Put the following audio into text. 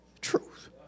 truth